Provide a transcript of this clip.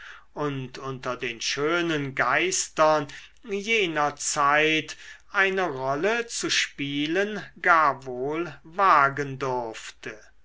und unter den schönen geistern jener zeit eine rolle zu spielen gar wohl wagen durfte